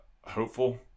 hopeful